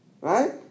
Right